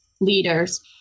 leaders